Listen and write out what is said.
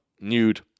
nude